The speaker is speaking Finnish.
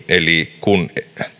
eli kun